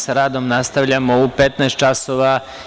Sa radom nastavljamo u 15,10 časova.